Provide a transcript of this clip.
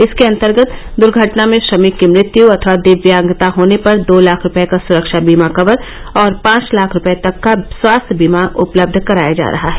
इसके अन्तर्गत दुर्घटना में श्रमिक की मृत्य अथवा दिव्यागता हो जाने पर दो लाख रूपये का सुरक्षा बीमा कवर और पांच लाख रूपये तक का स्वास्थ्य बीमा उपलब्ध कराया जा रहा है